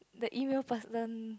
the email person